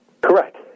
Correct